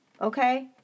Okay